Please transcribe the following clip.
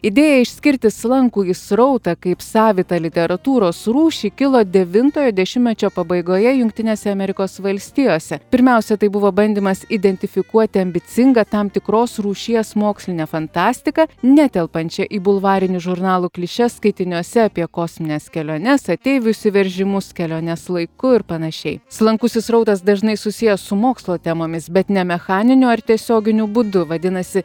idėją išskirti slankųjį srautą kaip savitą literatūros rūšį kilo devintojo dešimtmečio pabaigoje jungtinėse amerikos valstijose pirmiausia tai buvo bandymas identifikuoti ambicingą tam tikros rūšies mokslinę fantastiką netelpančią į bulvarinių žurnalų klišes skaitiniuose apie kosmines keliones ateivių išsiveržimus keliones laiku ir panašiai slankusis srautas dažnai susijęs su mokslo temomis bet ne mechaniniu ar tiesioginiu būdu vadinasi